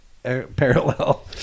Parallel